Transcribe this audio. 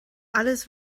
alles